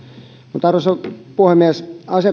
mutta arvoisa puhemies asia